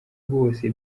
bose